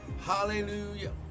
Hallelujah